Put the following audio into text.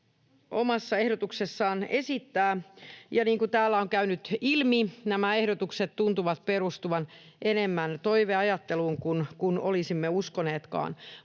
omassa ehdotuksessaan esittää, ja niin kuin täällä on käynyt ilmi, nämä ehdotukset tuntuvat perustuvan enemmän toiveajatteluun kuin olisimme uskoneetkaan.